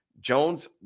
Jones